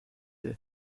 هست